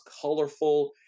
colorful